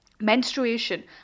menstruation